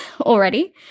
already